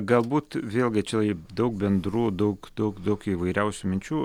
galbūt vėlgi čia daug bendrų daug daug daug įvairiausių minčių